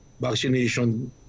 vaccination